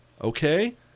Okay